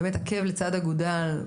עקב לצד אגודל,